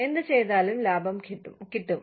എന്ത് ചെയ്താലും ലാഭം കിട്ടും